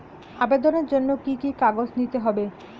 আবেদনের জন্য কি কি কাগজ নিতে হবে?